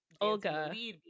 Olga